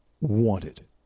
wanted